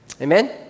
Amen